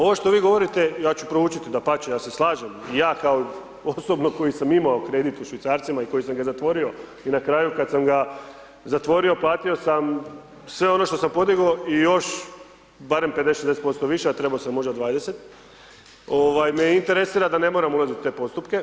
Ovo što vi govorite, ja ću proučiti, dapače, ja se slažem, ja kao osobno koji sam imao kredit u švicarcima i koji sam ga zatvorio i na kraju kad sam ga zatvorio platio sam sve ono što sam podigo i još barem 50-60% više, a trebao sam možda 20, ovaj, me interesira da ne moram ulaziti u te postupke.